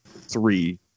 three